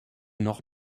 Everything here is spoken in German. noch